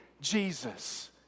Jesus